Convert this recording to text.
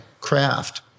craft